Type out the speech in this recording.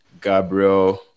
Gabriel